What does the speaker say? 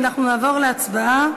אנחנו נעבור להצבעה,